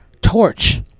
torch